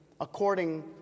according